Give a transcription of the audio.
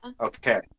Okay